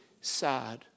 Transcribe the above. sad